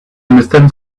understand